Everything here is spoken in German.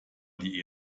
die